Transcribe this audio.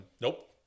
Nope